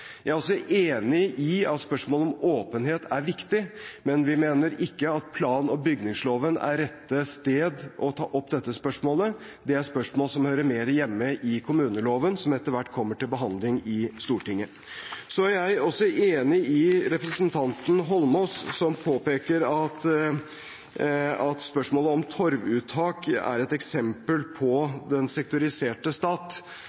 Jeg er også enig i at spørsmålet om åpenhet er viktig, men vi mener ikke at plan- og bygningsloven er rette sted å ta opp dette spørsmålet. Det er spørsmål som mer hører hjemme i kommuneloven, som etter hvert kommer til behandling i Stortinget. Jeg er også enig med representanten Eidsvoll Holmås, som påpeker at spørsmålet om torvuttak er et eksempel på den sektoriserte stat.